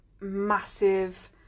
massive